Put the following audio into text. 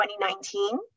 2019